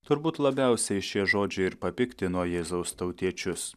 turbūt labiausiai šie žodžiai ir papiktino jėzaus tautiečius